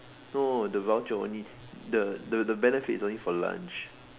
no the voucher only the the the benefit is only for lunch